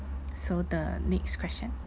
so the next question